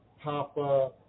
papa